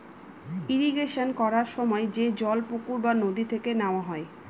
irrigation করার সময় যে জল পুকুর বা নদী থেকে নেওয়া হয়